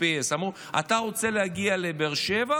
דיברו על GPS. אמרו: אתה רוצה להגיע לבאר שבע?